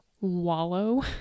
wallow